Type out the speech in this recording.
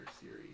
series